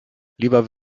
lieber